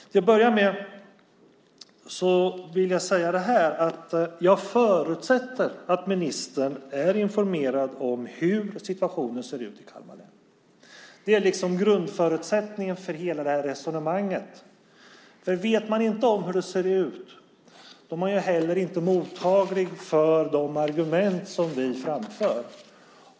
Till att börja med vill jag säga att jag förutsätter att ministern är informerad om hur situationen ser ut i Kalmar län. Det är grundförutsättningen för hela detta resonemang. Vet man inte hur det ser ut är man heller inte mottaglig för de argument som vi framför.